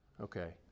Okay